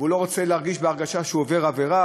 והוא לא רוצה להרגיש שהוא עובר עבירה